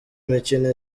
mikino